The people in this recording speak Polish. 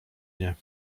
nie